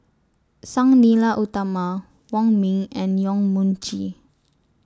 Sang Nila Utama Wong Ming and Yong Mun Chee